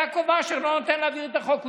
יעקב אשר לא נותן להעביר את החוק.